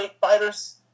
fighters